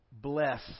bless